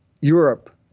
Europe